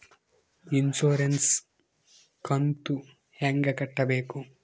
Insurance ಕಂತು ಹೆಂಗ ಕಟ್ಟಬೇಕು?